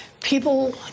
people